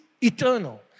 eternal